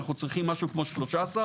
אנחנו צריכים משהו כמו 12,000,000,